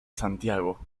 santiago